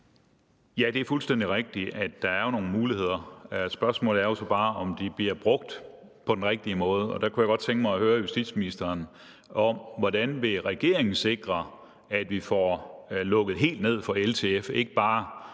Det er fuldstændig rigtigt, at der jo er nogle muligheder. Spørgsmålet er så bare, om de bliver brugt på den rigtige måde, og der kunne jeg godt tænke mig at høre justitsministeren om, hvordan regeringen vil sikre, at vi får lukket helt ned for LTF, ikke bare